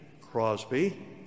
Crosby